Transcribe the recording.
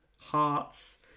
Hearts